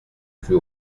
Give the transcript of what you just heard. plus